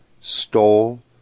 stole